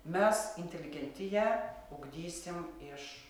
mes inteligentiją ugdysim iš